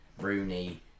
Rooney